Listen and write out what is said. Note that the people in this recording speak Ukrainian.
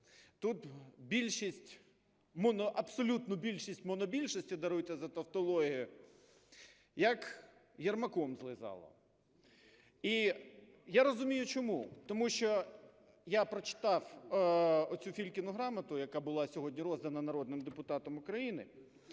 тут абсолютну більшість монобільшості, даруйте за тавтологію, як Єрмаком злизало. І я розумію чому. Тому що я прочитав оцю фільчину грамоту, яка була сьогодні роздана народним депутатам України,